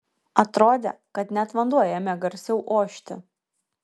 atrodė kad net vanduo ėmė garsiau ošti